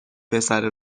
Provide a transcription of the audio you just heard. پسره